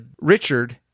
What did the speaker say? Richard